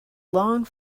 long